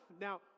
now